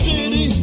City